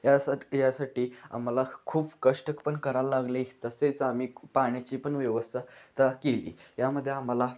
यासाट यासाठी आम्हाला खूप कष्ट पण करायला लागले तसेच आम्ही पाण्याची पण व्यवस्था तर केली यामध्ये आम्हाला